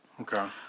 Okay